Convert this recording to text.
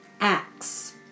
acts